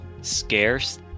scarce